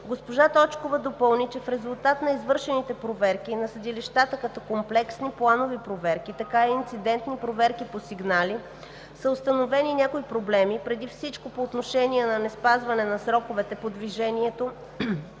Госпожа Точкова допълни, че в резултат на извършените проверки на съдилищата както комплексни планови проверки, така и инцидентни проверки по сигнали са установени някои проблеми, преди всичко по отношение на неспазване на сроковете по движението